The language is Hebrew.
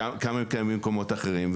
כמה הם קיימים במקומות אחרים.